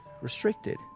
restricted